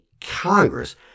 Congress